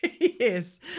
yes